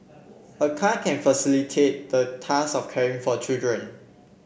a car can facilitate the task of caring for children